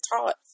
taught